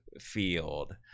field